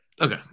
Okay